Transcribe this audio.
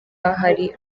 hari